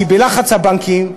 כי בלחץ הבנקים,